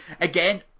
again